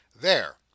There